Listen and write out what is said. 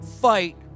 Fight